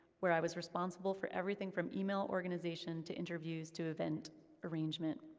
where i was responsible for everything from email organization, to interviews, to event arrangement.